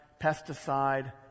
pesticide